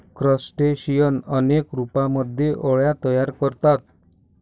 crustacean अनेक रूपांमध्ये अळ्या तयार करतात